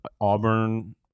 Auburn